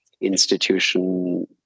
institution